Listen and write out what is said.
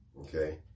okay